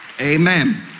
Amen